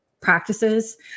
practices